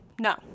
no